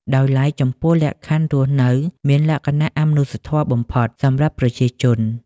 ដោយឡែក ចំពោះលក្ខខណ្ឌរស់នៅមានលក្ខណៈអមនុស្សធម៌បំផុតសម្រាប់ប្រជាជន។